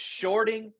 shorting